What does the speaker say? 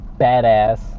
badass